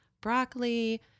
broccoli